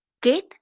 get